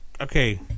okay